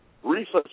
Research